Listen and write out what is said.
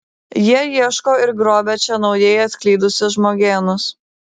jie ieško ir grobia čia naujai atklydusius žmogėnus